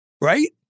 right